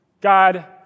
God